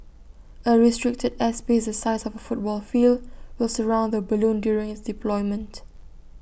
A restricted airspace the size of A football field will surround the balloon during its deployment